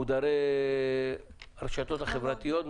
מודרי הרשתות החברתיות,